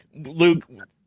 Luke